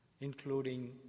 including